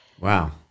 wow